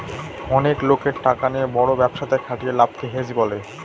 অনেক লোকের টাকা নিয়ে বড় ব্যবসাতে খাটিয়ে লাভকে হেজ বলে